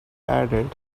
added